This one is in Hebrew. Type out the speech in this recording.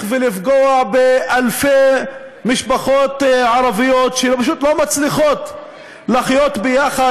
ולפגוע באלפי משפחות ערביות שפשוט לא מצליחות לחיות ביחד,